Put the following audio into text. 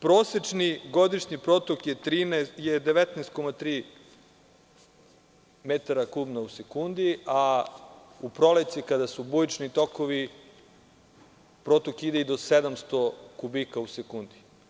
Prosečni godišnji protok je 19,3 metara kubnih u sekundi, a u proleće kada su bujični tokovi, protok ide i do 700 kubika u sekundi.